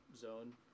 zone